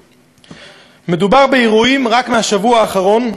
מדובר באירועים רק מהשבוע האחרון.